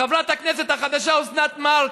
חברת הכנסת החדשה אוסנת מארק,